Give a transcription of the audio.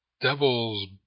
Devil's